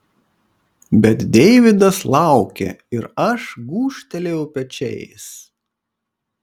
bet deividas laukė ir aš gūžtelėjau pečiais